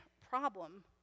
problem